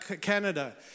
Canada